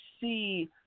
see